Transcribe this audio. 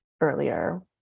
earlier